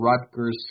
Rutgers